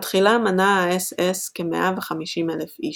בתחילה מנה האס־אס כמאה וחמישים אלף איש.